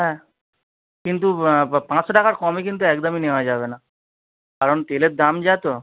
হ্যাঁ কিন্তু পা পাঁচশো টাকার কমে কিন্তু একদমই নেওয়া যাবে না কারণ তেলের দাম যা তো